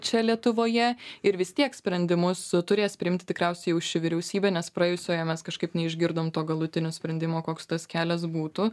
čia lietuvoje ir vis tiek sprendimus turės priimti tikriausiai jau ši vyriausybė nes praėjusioje mes kažkaip neišgirdom to galutinio sprendimo koks tas kelias būtų